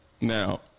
Now